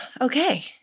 okay